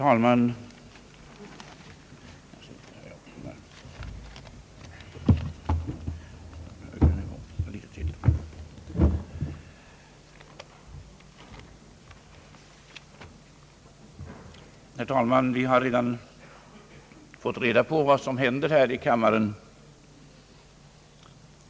Herr talman! Vi har redan fått veta vad som händer här i kammaren.